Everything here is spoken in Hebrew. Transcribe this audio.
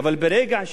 יהודים וערבים,